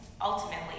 ultimately